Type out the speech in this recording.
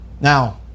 Now